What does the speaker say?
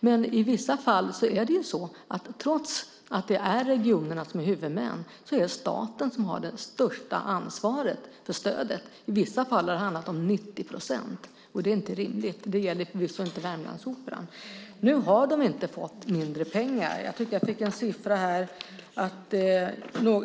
Men trots att regionerna är huvudmän är det staten som har det största ansvaret för stödet. I vissa fall har det handlat om 90 procent. Det är inte rimligt. Det gäller inte Värmlandsoperan. Den har inte fått mindre pengar. Jag fick en siffra här. Det